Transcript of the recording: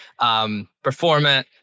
performant